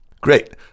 Great